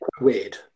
weird